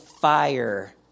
fire